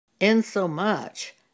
insomuch